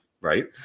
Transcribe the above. right